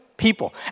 people